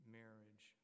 marriage